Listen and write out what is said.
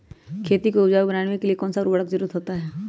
खेती को उपजाऊ बनाने के लिए कौन कौन सा उर्वरक जरुरत होता हैं?